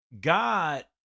God